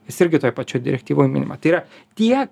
jis irgi toj pačioj direktyvoj minima tai yra tie